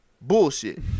Bullshit